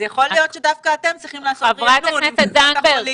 אז יכול להיות שדווקא אתם צריכים לעשות ריענון עם קופות החולים,